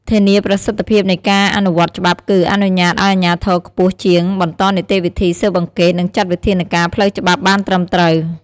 ធានាប្រសិទ្ធភាពនៃការអនុវត្តច្បាប់គឺ អនុញ្ញាតឱ្យអាជ្ញាធរខ្ពស់ជាងបន្តនីតិវិធីស៊ើបអង្កេត និងចាត់វិធានការផ្លូវច្បាប់បានត្រឹមត្រូវ។